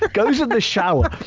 but goes in the shower.